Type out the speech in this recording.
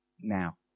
now